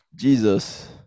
Jesus